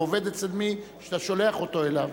הוא עובד אצל מי שאתה שולח אותו אליו,